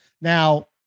Now